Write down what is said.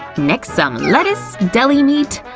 next some lettuce, deli meat,